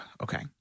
okay